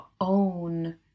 own